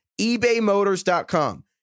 ebaymotors.com